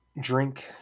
drink